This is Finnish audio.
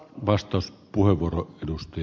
arvoisa puhemies